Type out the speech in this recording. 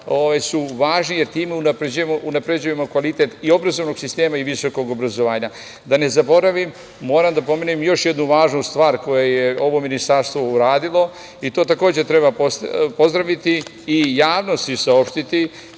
su važne, jer time unapređujemo kvalitet i obrazovnog sistema i visokog obrazovanja. Da ne zaboravim, moram da pomenem još jednu važnu stvar koju je ovo ministarstvo uradilo, i to takođe treba pozdraviti i javnosti saopštiti,